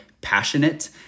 passionate